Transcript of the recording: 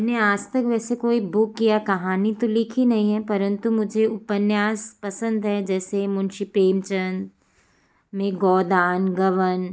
मैंने आजतक ऐसी कोई बुक या कहानी तो लिखी नहीं है परन्तु मुझे उपन्यास पसंद है जैसे मुंशी प्रेमचंद में गोदान गबन